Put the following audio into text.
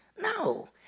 No